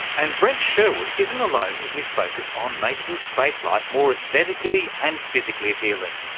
and brent sherwood isn't alone in his focus on making space life more aesthetically and physically appealing.